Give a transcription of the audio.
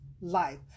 life